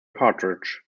partridge